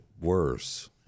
worse